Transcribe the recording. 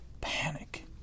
panic